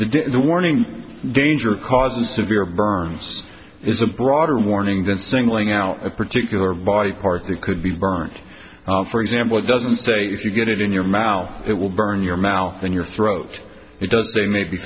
the warning danger caused severe burns is a broader warning then singling out a particular body part that could be burnt for example it doesn't stay if you get it in your mouth it will burn your mouth in your throat it does they may be